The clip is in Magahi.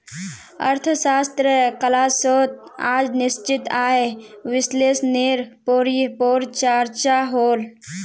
अर्थशाश्त्र क्लास्सोत आज निश्चित आय विस्लेसनेर पोर चर्चा होल